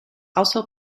also